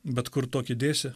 bet kur tokį dėsi